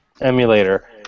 emulator